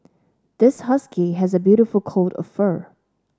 this husky has a beautiful coat of fur